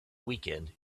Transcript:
weekend